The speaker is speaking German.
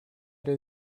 der